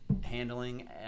handling